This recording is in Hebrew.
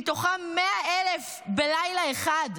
מתוכם 100,000 בלילה אחד,